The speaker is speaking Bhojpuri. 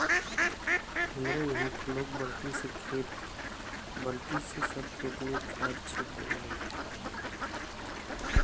हमरे इहां त लोग बल्टी से सब खेत में खाद छिट देवलन